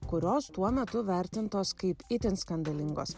kurios tuo metu vertintos kaip itin skandalingos